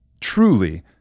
truly